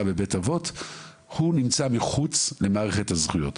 בבית אבות והוא מחוץ למערכת הזכויות.